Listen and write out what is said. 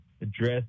address